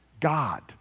God